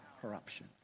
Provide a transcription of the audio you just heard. corruption